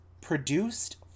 produced